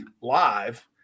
live